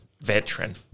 veteran